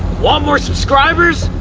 want more subscribers?